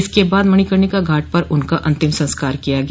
इसके बाद मणिकणिका घाट पर उनका अंतिम संस्कार किया गया